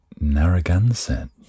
Narragansett